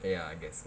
oh ya I guess so